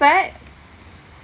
start